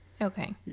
Okay